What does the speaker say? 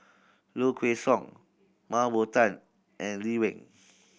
Low Kway Song Mah Bow Tan and Lee Wen